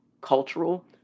cultural